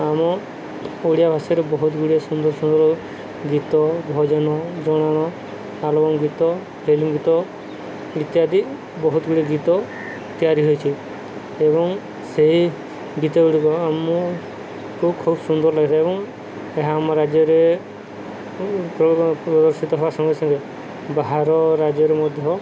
ଆମ ଓଡ଼ିଆ ଭାଷାରେ ବହୁତ ଗୁଡ଼ିଏ ସୁନ୍ଦର ସୁନ୍ଦର ଗୀତ ଭଜନ ଜଣାଣ ଆଲବମ୍ ଗୀତ ଫିଲ୍ମ ଗୀତ ଇତ୍ୟାଦି ବହୁତ ଗୁଡ଼ିଏ ଗୀତ ତିଆରି ହୋଇଛି ଏବଂ ସେହି ଗୀତ ଗୁଡ଼ିକ ଆମକୁ ଖୁବ ସୁନ୍ଦର ଲାଗିଥାଏ ଏବଂ ଏହା ଆମ ରାଜ୍ୟରେ ପ୍ରଦର୍ଶିତ ହବା ସଙ୍ଗେ ସଙ୍ଗେ ବାହାର ରାଜ୍ୟରେ ମଧ୍ୟ